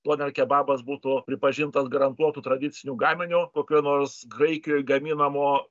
doner kebabas būtų pripažintas garantuotu tradiciniu gaminiu kokioj nors graikijoj gaminamo